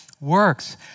works